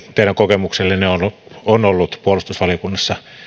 teidän kokemuksellenne on on ollut puolustusvaliokunnassa